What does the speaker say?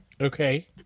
Okay